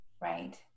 Right